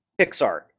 Pixar